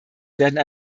werden